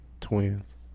Twins